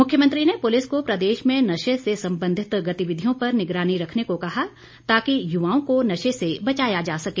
मुख्यमंत्री ने पुलिस को प्रदेश में नशे से संबंधित गतिविधियों पर निगरानी रखने को कहा ताकि युवाओं को नशे से बचाया जा सके